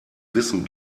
wissen